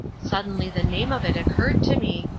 suddenly the name of it occurred to me,